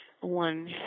one